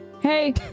Hey